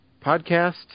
Podcast